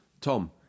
Tom